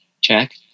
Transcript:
check